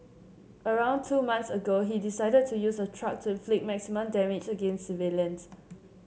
around two months ago he decided to use a truck to inflict maximum damage against civilians